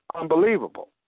unbelievable